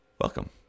Welcome